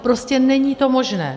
Prostě není to možné.